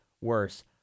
worse